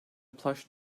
plush